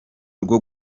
rwo